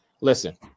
Listen